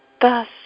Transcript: Thus